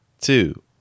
two